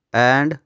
and